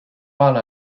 parle